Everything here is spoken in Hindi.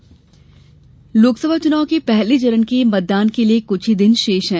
चुनाव प्रचार लोकसभा चुनाव के पहले चरण के मतदान के लिए कुछ ही दिन शेष है